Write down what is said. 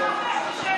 --- שמישהו אחר ישב שם.